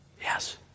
Yes